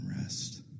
rest